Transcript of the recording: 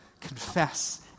confess